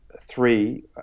three